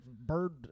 bird